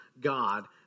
God